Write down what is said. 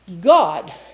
God